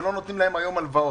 ולא נותנים להן היום הלוואות.